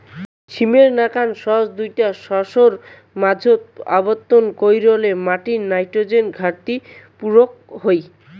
সীমের নাকান শস্য দুইটা শস্যর মাঝোত আবর্তন কইরলে মাটির নাইট্রোজেন ঘাটতি পুরুক হই